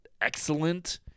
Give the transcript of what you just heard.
excellent